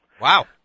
Wow